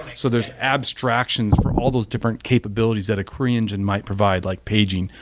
so there is abstractions for all those different capabilities that a query engine might provide, like paging,